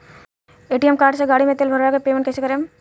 ATM card से गाड़ी मे तेल भरवा के पेमेंट कैसे करेम?